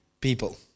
people